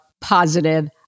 positive